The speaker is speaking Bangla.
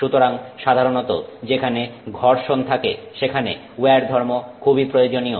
সুতরাং সাধারণত যেখানে ঘর্ষণ থাকে সেখানে উইয়ার ধর্ম খুব প্রয়োজনীয়